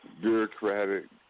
bureaucratic